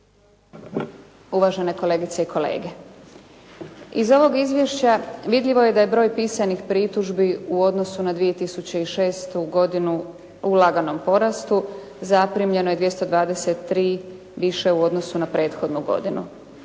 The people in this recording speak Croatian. Uvažene kolegice i kolege, iz ovog izvješća vidljivo je da je broj pisanih pritužbi u odnosu na 2006. godinu u laganom porastu. Zaprimljeno je 223 više u odnosu na prethodnu godinu.